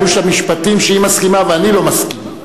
היו שם משפטים שהיא מסכימה ואני לא מסכים.